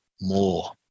more